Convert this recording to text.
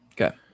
okay